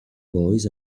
boys